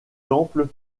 temple